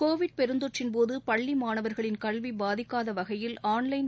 Covid பெருந்தொற்றின்போது பள்ளி மாணவர்களின் கல்வி பாதிக்காத வகையில் ஆன்லைன்